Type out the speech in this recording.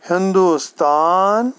Hindustan